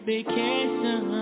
Vacation